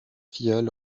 filleule